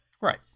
Right